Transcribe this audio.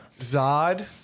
Zod